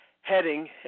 heading